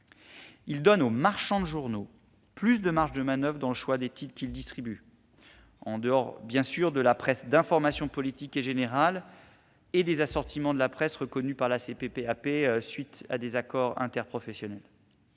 Il donne aux marchands de journaux une plus grande marge de manoeuvre dans le choix des titres qu'ils distribuent, en dehors, bien sûr, de la presse d'information politique et générale et des assortiments de la presse reconnue par la Commission paritaire des